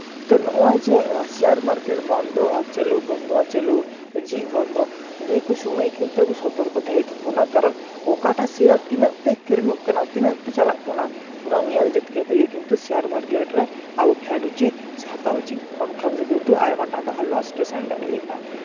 ᱛᱚ ᱱᱚᱜᱼᱚᱭ ᱡᱮ ᱥᱮᱭᱟᱨ ᱢᱟᱨᱠᱮᱴ ᱵᱚᱱᱫᱚ ᱟᱨ ᱪᱟᱹᱞᱩ ᱵᱚᱱᱫᱚ ᱟᱨ ᱪᱟᱹᱞᱩ ᱡᱷᱤᱡ ᱵᱚᱱᱫᱚ ᱱᱤᱭᱟᱹᱠᱚ ᱥᱚᱢᱚᱭ ᱠᱤᱱᱛᱩ ᱟᱵᱚ ᱥᱚᱛᱚᱨᱠᱚ ᱛᱟᱦᱮᱸ ᱦᱩᱭᱩᱜ ᱛᱟᱵᱚᱱᱟ ᱠᱟᱨᱚᱱ ᱚᱠᱟᱴᱟᱜ ᱥᱮᱭᱟᱨ ᱛᱤᱱᱟᱹᱜ ᱛᱮ ᱟᱹᱠᱷᱨᱤᱧᱚᱜ ᱠᱟᱱᱟ ᱛᱤᱱᱟᱹᱜ ᱛᱮ ᱪᱟᱞᱟᱜ ᱠᱟᱱᱟ ᱚᱱᱟ ᱧᱮᱞ ᱡᱩᱛ ᱠᱟᱛᱮ ᱜᱮ ᱠᱤᱱᱛᱩ ᱥᱮᱭᱟᱨ ᱢᱟᱨᱠᱮᱴ ᱨᱮ ᱟᱵᱚ ᱯᱷᱮᱰ ᱩᱪᱤᱛ ᱥᱮ ᱦᱟᱛᱟᱣ ᱩᱪᱤᱛ ᱵᱟᱝᱠᱷᱟᱱ ᱫᱚ ᱠᱤᱱᱛᱩ ᱟᱭᱢᱟ ᱴᱟᱠᱟ ᱦᱚᱸ ᱞᱚᱥ ᱨᱮ ᱥᱮᱱ ᱫᱟᱲᱮᱭᱟᱜᱼᱟ